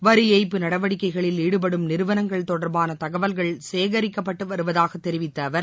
வரி ஏய்ப்பு நடவடிக்கைகளில் ஈடுபடும் நிறுவனங்கள் தொடர்பான தகவல்கள் சேகரிக்கப்பட்டு வருவதாக தெரிவித்த அவர்